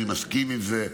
אני מסכים עם זה,